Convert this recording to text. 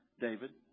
David